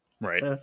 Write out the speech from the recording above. Right